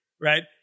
Right